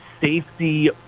safety